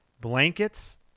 blankets